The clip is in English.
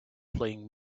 playing